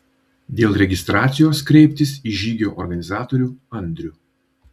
dėl registracijos kreiptis į žygio organizatorių andrių